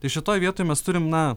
tai šitoj vietoj mes turim na